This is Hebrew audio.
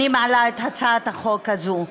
אני מעלה את הצעת החוק הזו,